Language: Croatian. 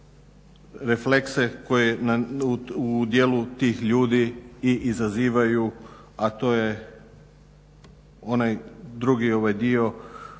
reflekse koji u dijelu tih ljudi i izazivaju, a to je onaj drugi dio